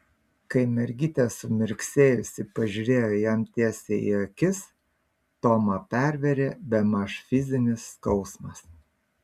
kai mergytė sumirksėjusi pažiūrėjo jam tiesiai į akis tomą pervėrė bemaž fizinis skausmas